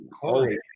Corey